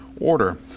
order